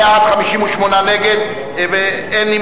בעמוד 54, של